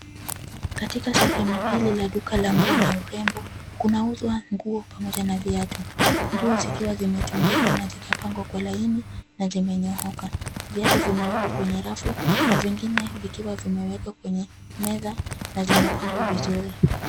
Katika sehemu hili la duka la nguo na urembo, kunauzwa nguo pamoja na viatu. Nguo zikiwa zimetundikwa na zikapangwa kwa laini na zimenyooka. Viatu vimewekwa kwenye rafu na vingine vikiwa vimewekwa kwenye meza na vimepangwa vizuri.